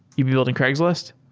you've been building craigslist?